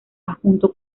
junto